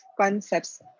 concepts